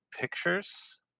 pictures